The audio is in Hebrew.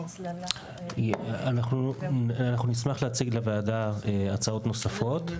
אנחנו נשמח להציג לוועדה הצעות נוספות.